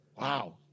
Wow